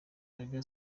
arabie